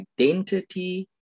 identity